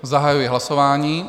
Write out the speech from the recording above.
Zahajuji hlasování.